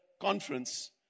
conference